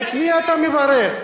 את מי אתה מברך?